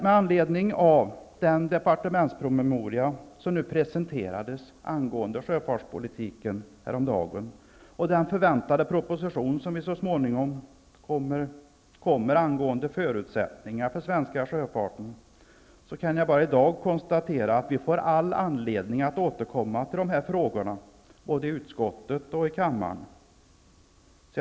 Med anledning av den departementspromemoria som presenterades häromdagen angående sjöfartspolitiken och den förväntade proposition som så småningom kommer angående förutsättningar för den svenska sjöfarten, kan jag i dag bara konstatera att vi får all anledning att återkomma till dessa frågor både i utskottet och i kammaren.